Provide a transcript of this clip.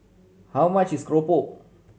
how much is keropok